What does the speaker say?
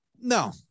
No